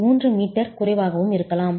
3 metre குறைவாகவும் இருக்கலாம்